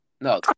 No